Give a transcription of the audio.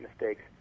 mistakes